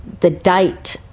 the date,